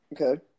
Okay